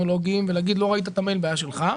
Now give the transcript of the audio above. טכנולוגיים ולהגיד: אם לא ראית את המייל זו בעיה שלך.